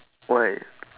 why